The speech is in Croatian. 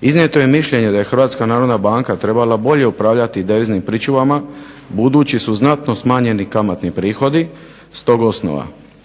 Iznijeto je mišljenje da je Hrvatska narodna banka trebala bolje upravljati deviznim pričuvama, budući su znatno smanjeni kamatni prihodi s tog osnova.